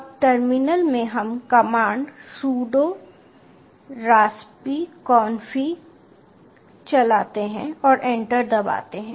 अब टर्मिनल में हम कमांड sudo raspi config चलाते हैं और एंटर दबाते हैं